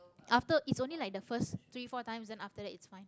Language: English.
after it's only like the first three four times then after that it's fine